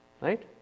Right